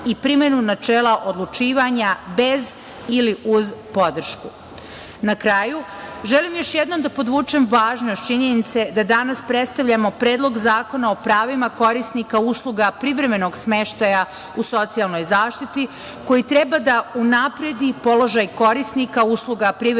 i primenu načela odlučivanja bez ili uz podršku. Na kraju, želim još jednom da podvučem važnost činjenice da danas predstavljamo Predlog zakona o pravima korisnika usluga privremenog smeštaja u socijalnoj zaštiti koji treba da unapredi položaj korisnika usluga privremenog smeštaja